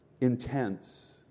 Intense